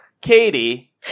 Katie